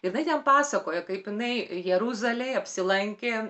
jinai ten pasakojo kaip jinai jeruzalėj apsilankė